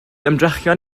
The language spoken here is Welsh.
ymdrechion